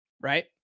right